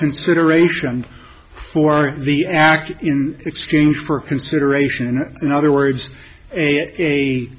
consideration for the act in exchange for consideration and in other words a